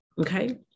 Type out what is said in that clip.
okay